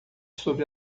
sob